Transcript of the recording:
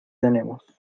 tenemos